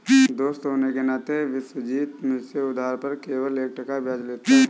दोस्त होने के नाते विश्वजीत मुझसे उधार पर केवल एक टका ब्याज लेता है